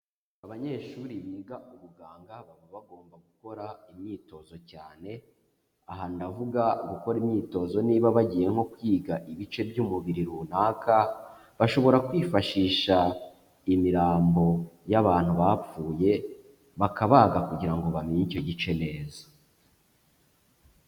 Abanyeshuri biga ubuganga baba bagomba gukora imyitozo cyane, aha ndavuga gukora imyitozo niba bagiye nko kwiga ibice by'umubiri runaka, bashobora kwifashisha imirambo y'abantu bapfuye, bakabaga kugira ngo bamenye icyo gice neza.